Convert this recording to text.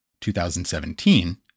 2017